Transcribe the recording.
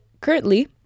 currently